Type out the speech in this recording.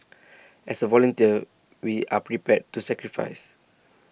as a volunteer we are prepared to sacrifice